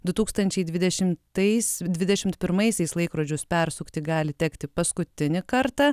du tūkstančiai dvidešimtais dvidešimt pirmaisiais laikrodžius persukti gali tekti paskutinį kartą